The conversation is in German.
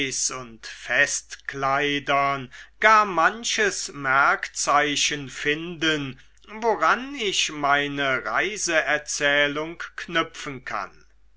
und festkleidern gar manches merkzeichen finden woran ich meine reiseerzählung knüpfen kann